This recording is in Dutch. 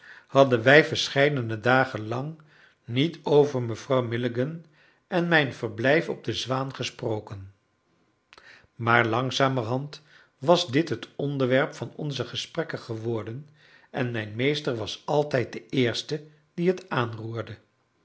hadden wij verscheidene dagen lang niet over mevrouw milligan en mijn verblijf op de zwaan gesproken maar langzamerhand was dit het onderwerp van onze gesprekken geworden en mijn meester was altijd de eerste die het aanroerde